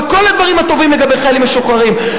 וכל הדברים הטובים לגבי חיילים משוחררים,